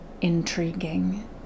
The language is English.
intriguing